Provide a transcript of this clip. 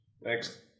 Next